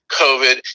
COVID